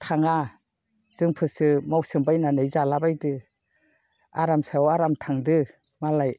थाङा जोंफोरसो मावसोम बायनानै जाला बायदो आराम सायाव आराम थांदो मालाय